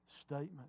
statement